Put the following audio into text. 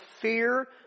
fear